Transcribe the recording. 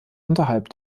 unterhalb